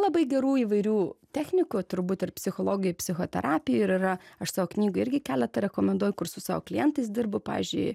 labai gerų įvairių technikų turbūt ir psichologijoj psichoterapijoj ir yra aš savo knygoj irgi keletą rekomenduoju kur su savo klientais dirbu pavyzdžiui